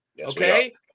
Okay